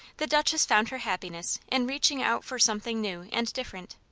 the duchess found her happiness in reaching out for something new and different.